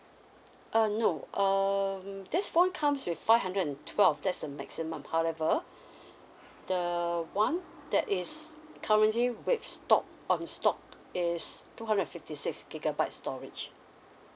uh no um this phone comes with five hundred and twelve that is the maximum however the one that is currently with stock on stock is two hundred and fifty six gigabyte storage